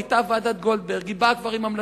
היתה ועדת-גולדברג, היא באה עם המלצות.